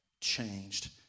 changed